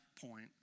point